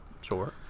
Sure